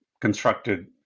constructed